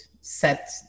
set